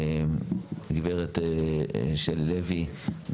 גברת שלי לוי,